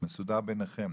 מסודר בינכם.